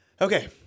Okay